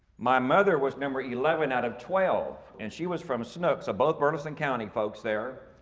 my mother was number eleven out of twelve. and she was from snook so both burton county folks there.